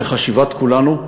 אבל לחשיבת כולנו: